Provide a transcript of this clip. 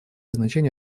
значение